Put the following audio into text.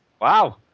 Wow